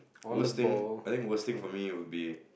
worst thing I think worst thing for me it would be